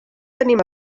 animal